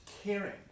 caring